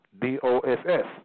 D-O-S-S